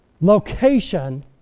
location